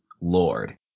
Lord